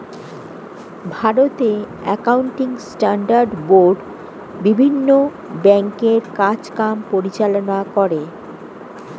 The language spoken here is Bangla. ভারতে অ্যাকাউন্টিং স্ট্যান্ডার্ড বোর্ড বিভিন্ন ব্যাংকের কাজ কাম পরিচালনা করে